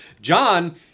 John